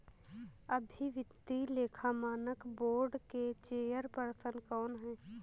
अभी वित्तीय लेखा मानक बोर्ड के चेयरपर्सन कौन हैं?